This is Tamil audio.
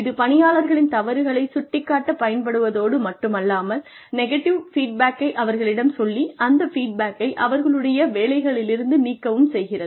இது பணியாளர்களின் தவறுகளைச் சுட்டிக் காட்டப் பயன்படுவதோடு மட்டுமல்லாமல் நெகட்டிவ் ஃபீட்பேக்கை அவர்களிடம் சொல்லி அந்த ஃபீட்பேக்கை அவர்களுடைய வேலைகளிலிருந்து நீக்கவும் செய்கிறது